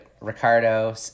Ricardo